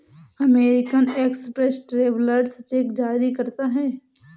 American Express travellers cheque जारी करता है